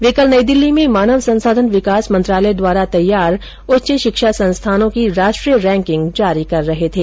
वे कल नई दिल्ली में मानव संसाधन विकास मंत्रालय द्वारा तैयार उच्चशिक्षा संस्थानों की राष्ट्रीय रैंकिंग जारी कर रहे थे